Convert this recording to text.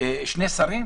שני שרים?